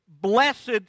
blessed